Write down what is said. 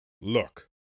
Look